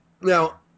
Now